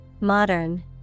modern